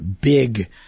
big